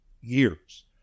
years